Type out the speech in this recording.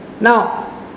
now